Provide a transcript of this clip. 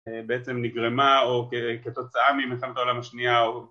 בעצם נגרמה או כתוצאה ממלחמת העולם השנייה או